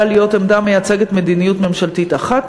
להיות עמדה המייצגת מדיניות ממשלתית אחת.